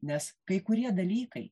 nes kai kurie dalykai